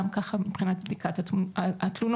וגם כך מבחינת בדיקת התלונות.